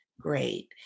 Great